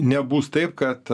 nebus taip kad